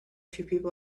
few